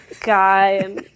guy